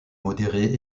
modérés